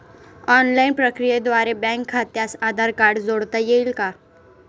Online प्रक्रियेद्वारे bank खात्यास Aadhaar card जोडता येईल का?